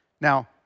Now